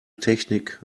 technik